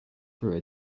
through